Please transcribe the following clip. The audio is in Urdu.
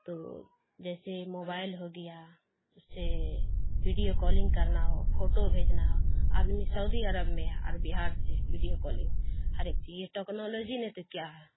تو جیسے موبائل ہو گیا اس سے بیڈیو کالنگ کرنا ہو پھوٹو بھیجنا ہو آدمی سعودی عرب میں ہے اور بہار سے ویڈیو کالنگ ہر ایک چیز یہ ٹیکنالوجی نہیں تو کیا ہے